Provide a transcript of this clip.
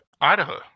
idaho